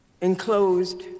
enclosed